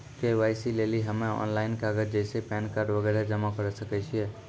KYC लेली हम्मय online कागज जैसे पैन कार्ड वगैरह जमा करें सके छियै?